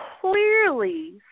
Clearly